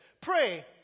pray